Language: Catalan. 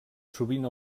sovint